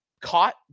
caught